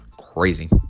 crazy